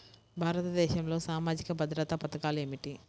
భారతదేశంలో సామాజిక భద్రతా పథకాలు ఏమిటీ?